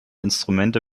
instrumente